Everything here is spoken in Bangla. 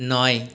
নয়